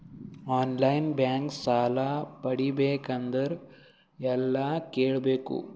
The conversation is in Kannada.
ಆನ್ ಲೈನ್ ಬ್ಯಾಂಕ್ ಸಾಲ ಪಡಿಬೇಕಂದರ ಎಲ್ಲ ಕೇಳಬೇಕು?